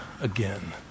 again